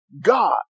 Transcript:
God